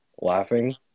laughing